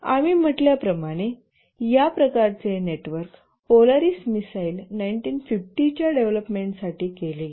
आम्ही म्हटल्याप्रमाणे या प्रकारचे नेटवर्क पोलरिस मिसाइल 1950 च्या डेव्हलपमेंटसाठी केले गेले